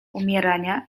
umierania